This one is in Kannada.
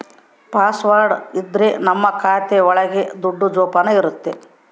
ಪಾಸ್ವರ್ಡ್ ಇದ್ರೆ ನಮ್ ಖಾತೆ ಒಳಗ ದುಡ್ಡು ಜೋಪಾನ ಇರುತ್ತೆ